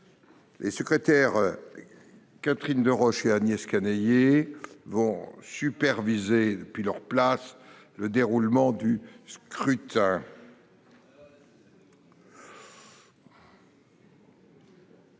les secrétaires Catherine Deroche et Agnès Canayer superviseront depuis leur place le déroulement du scrutin.